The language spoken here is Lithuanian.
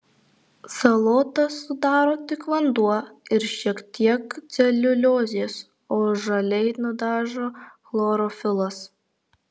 salotas sudaro tik vanduo ir šiek tiek celiuliozės o žaliai nudažo chlorofilas